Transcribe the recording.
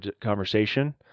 conversation